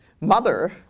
mother